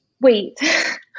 wait